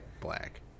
black